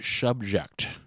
subject